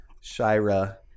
Shira